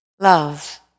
love